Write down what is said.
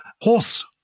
horse